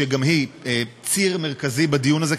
שגם היא ציר מרכזי בדיון הזה,